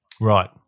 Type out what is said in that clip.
Right